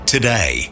Today